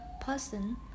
person